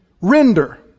Render